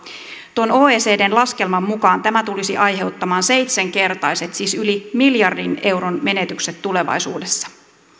tuon oecdn laskelman mukaan tämä tulisi aiheuttamaan seitsenkertaiset siis yli miljardin euron menetykset tulevaisuudessa